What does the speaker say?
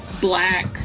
black